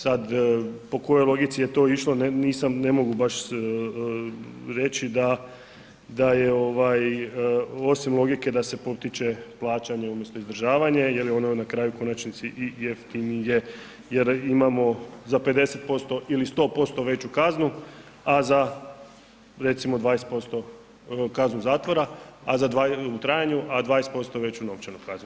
Sad po kojoj logici je to išlo nisam, ne mogu baš reći da je osim logike da se potiče plaćanje umjesto izdržavanje jer je ono na kraju u konačnici i jeftinije jer imamo za 50% ili 100% veću kaznu a za recimo 20% kaznu zatvora u trajanju a 20% veću novčanu kaznu.